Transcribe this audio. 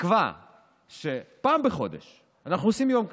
נקבע שפעם בחודש אנחנו עושים יום כזה.